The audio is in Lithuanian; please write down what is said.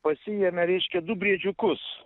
pasiėmė reiškia du briedžiukus